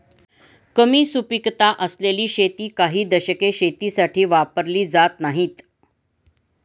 कमी सुपीकता असलेली शेती काही दशके शेतीसाठी वापरली जात नाहीत